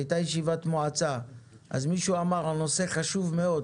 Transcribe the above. הייתה ישיבת מועצה אז מישהו אמר שהנושא חשוב מאוד,